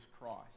Christ